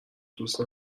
دوست